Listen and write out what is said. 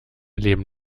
leben